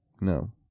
No